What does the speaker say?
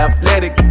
Athletic